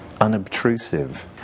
unobtrusive